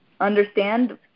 understand